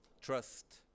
trust